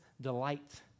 delight